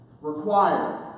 required